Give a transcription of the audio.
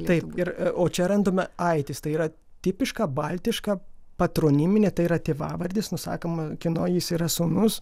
taip ir o čia randame aitis tai yra tipiška baltiška patroniminė tai yra tėvavardis nusakoma kieno jis yra sūnus